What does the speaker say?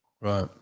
right